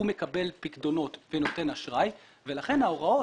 מקבל פיקדונות ונותן אשראי ולכן ההוראות,